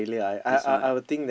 that's why